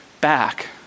back